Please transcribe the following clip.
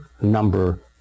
number